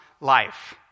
life